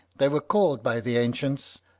they were called by the ancients,